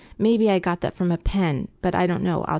maybe i got that from a pen, but i don't know, ah